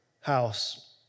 house